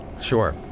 sure